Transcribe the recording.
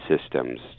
systems